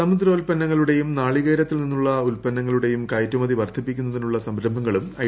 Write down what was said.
സമുദ്രോൽപ്പന്നങ്ങളുടേയും നാളിക്കേരത്തിൽ നിന്നുള്ള ഉൽപ്പന്നങ്ങളുടെയും കയറ്റുമതി വർദ്ധിപ്പിക്കുന്നതിനുള്ള് സംര്്ഭങ്ങളും ഐ